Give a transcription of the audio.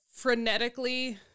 frenetically